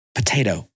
potato